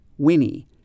Winnie